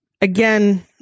again